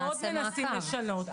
אנחנו מאוד מנסים לשנות.